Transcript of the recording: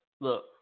Look